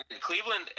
Cleveland